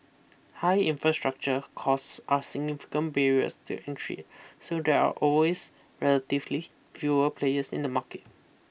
high infrastructure costs are significant barriers to entry so there are always relatively fewer players in the market